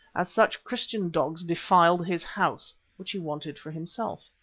as such christian dogs defiled his house, which he wanted for himself.